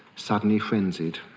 suddenly frenzied.